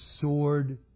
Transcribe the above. sword